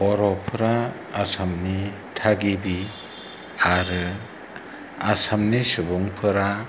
बर'फ्रा आसामनि थागिबि आरो आसामनि सुबुंफोरा